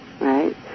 right